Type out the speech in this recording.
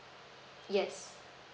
yes